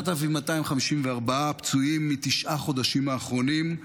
9,254 פצועים מתשעת החודשים האחרונים,